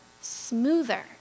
smoother